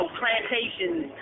plantations